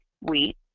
wheat